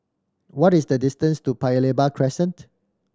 what is the distance to Paya Lebar Crescent